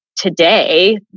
today